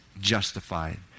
justified